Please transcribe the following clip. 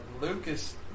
Lucas